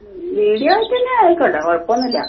video ആയിട്ടുതന്നെ ആയിക്കോട്ടെ കുഴപ്പമൊന്നുമില്ല